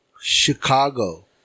Chicago